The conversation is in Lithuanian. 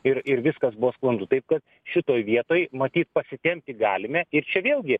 ir ir viskas buvo sklandu taip kad šitoj vietoj matyt pasitempti galime ir čia vėlgi